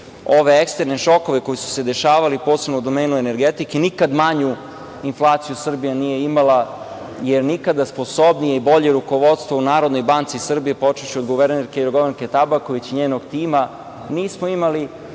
ove eksterne šokove koji su se dešavali, posebno u domenu energetike, nikad manju inflaciju Srbija nije imala, jer nikada sposobnije i bolje rukovodstvo u Narodnoj banci Srbije, počevši od guvernerke Jorgovanke Tabaković i njenog tima, nismo imali,